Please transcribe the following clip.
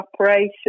operation